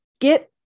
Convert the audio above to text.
get